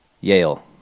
Yale